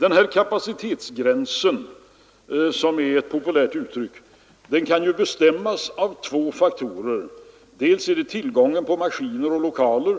Denna kapacitetsgräns — ett populärt uttryck — kan bestämmas av två faktorer. Den bestäms av tillgången på maskiner och lokaler,